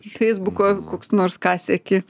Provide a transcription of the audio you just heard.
feisbuko koks nors ką seki